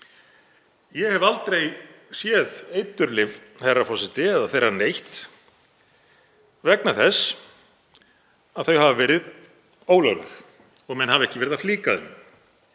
Ég hef aldrei séð eiturlyf, herra forseti, eða þeirra neytt vegna þess að þau hafa verið ólögleg og menn hafa ekki verið að flíka þeim.